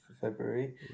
February